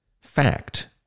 fact